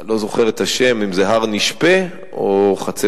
אני לא זוכר את השם, אם זה הר נשפה או חצבה-דרום,